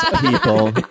people